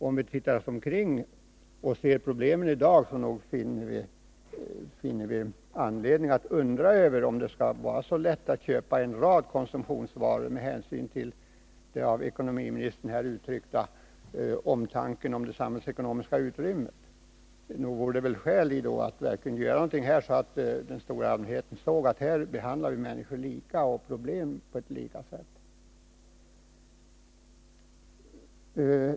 Om vi ser oss omkring och studerar problemen i dag, finner vi anledning att undra över om det skall vara så lätt att köpa en rad konsumtionsvaror med hänsyn till den av ekonomiministern uttryckta omtanken om det samhällsekonomiska utrymmet. Nog vore det väl då skäl i att göra någonting så att den stora allmänheten verkligen såg att vi behandlar människor lika — och problem på ett likartat sätt.